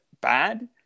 bad